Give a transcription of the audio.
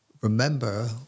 remember